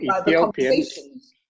Ethiopians